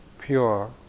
pure